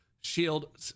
shield